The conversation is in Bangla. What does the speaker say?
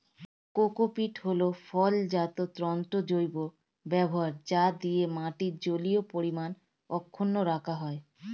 কোকোপীট হল ফলজাত তন্তুর জৈব ব্যবহার যা দিয়ে মাটির জলীয় পরিমাণ অক্ষুন্ন রাখা যায়